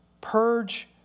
Purge